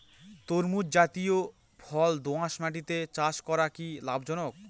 তরমুজ জাতিয় ফল দোঁয়াশ মাটিতে চাষ করা কি লাভজনক?